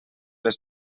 les